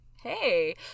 Hey